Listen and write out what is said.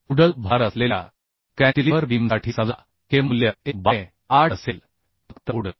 UDL भार असलेल्या cantilever बीमसाठी समजा K मूल्य 1 बाय 8 असेल फक्त UDL